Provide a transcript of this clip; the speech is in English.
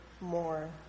more